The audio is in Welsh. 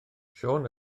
siôn